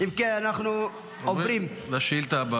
אנחנו עוברים לשאילתה הבאה.